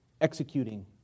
executing